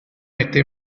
mette